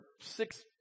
six